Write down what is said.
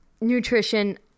nutrition